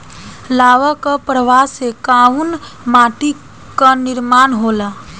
लावा क प्रवाह से कउना माटी क निर्माण होला?